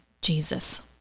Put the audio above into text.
Jesus